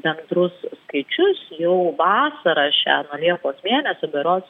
bendrus skaičius jau vasarą šią nuo liepos mėnesio berods